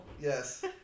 Yes